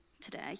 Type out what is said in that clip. today